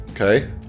Okay